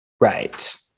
Right